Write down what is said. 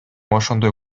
ошондой